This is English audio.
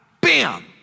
bam